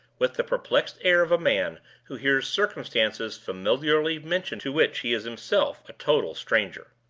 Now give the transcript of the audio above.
with the perplexed air of a man who hears circumstances familiarly mentioned to which he is himself a total stranger.